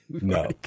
No